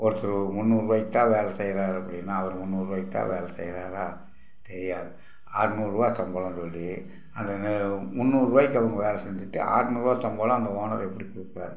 ஒருத்தர் முந்நூறுரூவாய்க்கு தான் வேலை செய்கிறாரு அப்படின்னா அவர் முந்நூறுரூவாய்க்கு தான் வேலை செய்கிறாரா தெரியாது ஆறுநூறுவா சம்பளம் சொல்லி அந்த ந முந்நூறுரூவாய்க்கு அவங்க வேலை செஞ்சுட்டு ஆறுநூறுவா சம்பளம் அந்த ஓனர் எப்படிக் கொடுப்பாரு